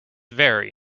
very